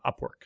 Upwork